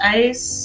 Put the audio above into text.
ice